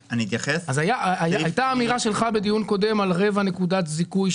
הייתה אמירה שלך בדיון קודם על רבע נקודת זיכוי,